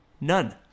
None